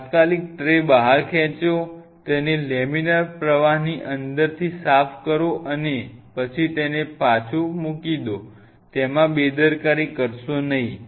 તાત્કાલિક ટ્રે બહાર ખેંચો તેને લેમિનાર પ્રવાહની અંદરથી સાફ કરો અને પછી તેને પાછું મૂકી દો તેમાં બેદરકારી કરશો નહીં